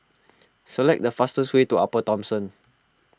select the fastest way to Upper Thomson